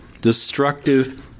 destructive